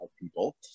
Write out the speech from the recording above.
people